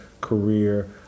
career